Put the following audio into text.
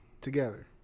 together